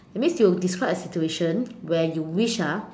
that means you describe a situation where you wish ah